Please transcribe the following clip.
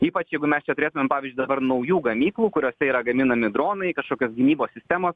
ypač jeigu čia mes turėtumėm pavyzdžiui dabar naujų gamyklų kuriose yra gaminami dronai kažkokios gynybos sistemos